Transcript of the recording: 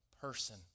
person